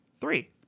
Three